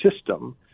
system